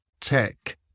tech